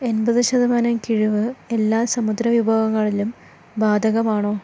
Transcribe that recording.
എൺപത് ശതമാനം കിഴിവ് എല്ലാ സമുദ്രവിഭവങ്ങളിലും ബാധകമാണോ